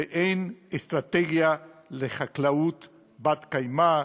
אין אסטרטגיה לחקלאות בת-קיימא.